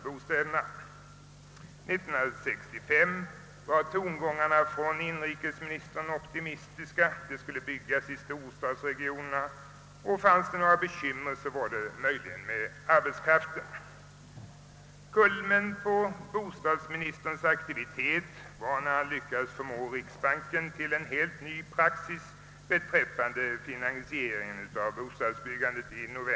1963 var tongångarna från inrikesministern optimistiska; det skulle byggas i storstadsregionerna, och fanns det några bekymmer, så gällde dessa möjligen arbetskraften. Kulmen på bostadsministerns aktivitet nåddes när han i november i fjol lyckades förmå riksbanken att införa en helt ny praxis beträffande finansieringen av bostadsbyggandet.